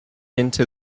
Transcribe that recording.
into